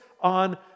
on